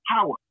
power